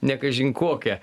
ne kažin kokia